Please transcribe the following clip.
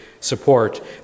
support